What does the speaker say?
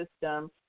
system